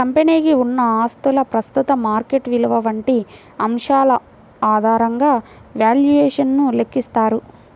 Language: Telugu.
కంపెనీకి ఉన్న ఆస్తుల ప్రస్తుత మార్కెట్ విలువ వంటి అంశాల ఆధారంగా వాల్యుయేషన్ ను లెక్కిస్తారు